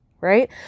Right